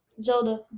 Zelda